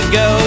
go